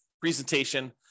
presentation